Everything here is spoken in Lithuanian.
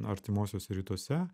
artimuosiuose rytuose